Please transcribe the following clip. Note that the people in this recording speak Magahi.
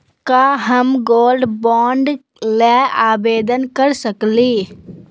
का हम गोल्ड बॉन्ड ल आवेदन कर सकली?